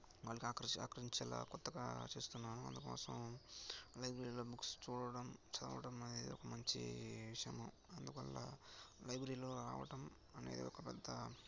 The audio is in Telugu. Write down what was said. వాళ్ళాకి ఆకర్షి ఆకర్షించేలా కొత్తగా చేస్తున్నాను అందుకోసం లైబ్రరీలో బుక్స్ చూడడం చదవడం అనేది ఒక మంచి విషయం అందువల్ల లైబ్రరీలో రావటం అనేది ఒక పెద్ద